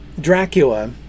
Dracula